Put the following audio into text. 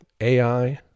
AI